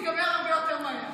זה ייגמר הרבה יותר מהר.